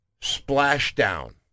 splashdown